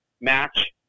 match